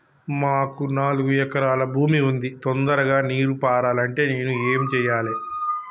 మాకు నాలుగు ఎకరాల భూమి ఉంది, తొందరగా నీరు పారాలంటే నేను ఏం చెయ్యాలే?